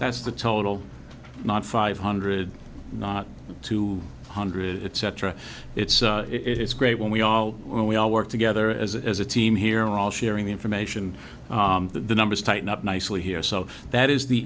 that's the total not five hundred not two hundred cetera it's it's great when we all we all work together as a team here all sharing information the numbers tighten up nicely here so that is the